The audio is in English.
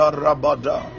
rabada